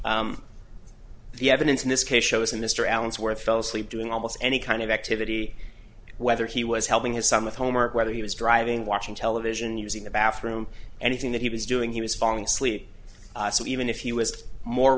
the evidence in this case shows a mr allensworth fell asleep doing almost any kind of activity whether he was helping his son with home or whether he was driving watching television using the bathroom anything that he was doing he was falling asleep so even if he was more